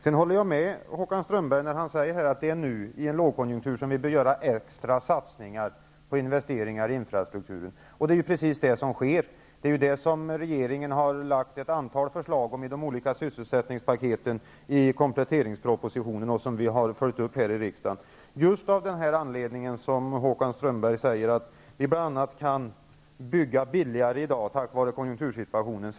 Jag håller med Håkan Strömberg om att det är nu i en lågkonjunktur som vi bör göra extra satsningar på investeringar i infrastrukturen, och det är också det som sker. Regeringen har lagt fram ett antal förslag i de olika sysselsättningspaketen och i kompletteringspropositionen, och vi har följt upp dem här i riksdagen, bl.a. just av den anledning som Håkan Strömberg pekar på, att vi kan bygga billigare i dag tack vare konjunktursituationen.